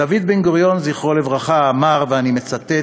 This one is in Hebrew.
דוד בן-גוריון, זכרו לברכה, אמר, ואני מצטט: